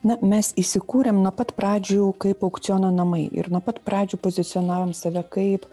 na mes įsikūrėm nuo pat pradžių kaip aukciono namai ir nuo pat pradžių pozicionavom save kaip